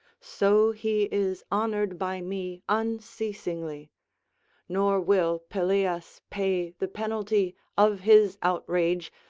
so he is honoured by me unceasingly nor will pelias pay the penalty of his outrage,